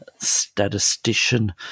statistician